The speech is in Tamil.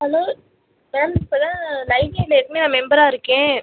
ஹலோ மேம் இப்போதான் லைப்ரரில ஏற்கனவே நான் மெம்பராக இருக்கேன்